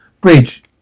Bridge